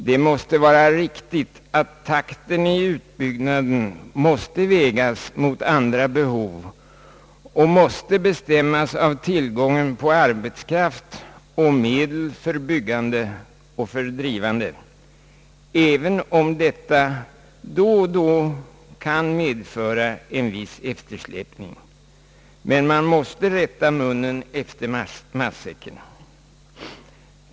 Det måste vara riktigt att takten i utbyggnaden väges mot andra behov och bestämmes av tillgången på arbetskraft och medel för byggande och för drift, även om detta då och då medför en viss eftersläpning. Men man måste rätta munnen efter matsäcken.